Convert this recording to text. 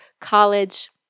college